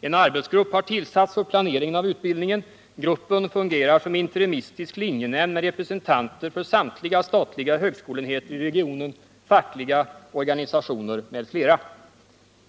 Enarbetsgrupp har tillsatts för planering av utbildningen; gruppen fungerar som interimistisk linjenämnd med representanter för samtliga statliga högskoleenheter i regionen, fackliga organisationer m.fl.